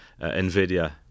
NVIDIA